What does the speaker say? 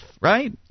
right